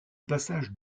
passage